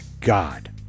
God